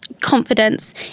confidence